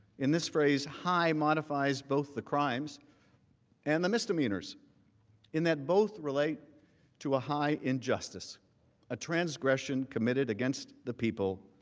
in this phrase, high modifies both the crimes and the misdemeanors in that both relate to a high injustice and a transgression committed against the people